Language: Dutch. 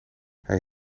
hij